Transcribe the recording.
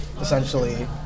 essentially